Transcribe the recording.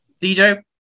DJ